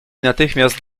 natychmiast